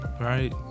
Right